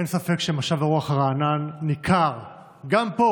אין ספק שמשב הרוח הרענן ניכר גם פה,